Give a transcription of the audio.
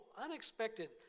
unexpected